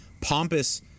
pompous